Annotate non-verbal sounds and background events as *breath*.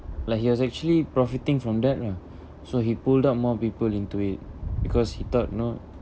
like he was actually profiting from that lah *breath* so he pulled up more people into it because he thought you know